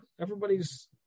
everybody's